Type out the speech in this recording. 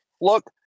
look